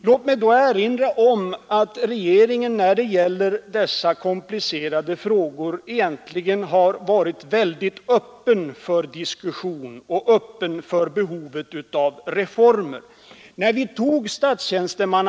Låt mig då erinra om att regeringen när det gäller dessa komplicerade frågor egentligen har varit mycket öppen för diskussion och att lagstiftningen efter någon tids erfarenhet sannolikt skulle behöva reformeras.